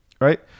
Right